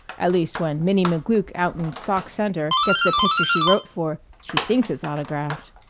at least when minnie mcglook out in sauk center gets the picture she wrote for, she thinks it's autographed.